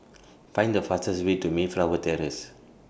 Find The fastest Way to Mayflower Terrace